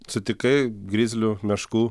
sutikai grizlių meškų